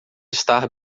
estar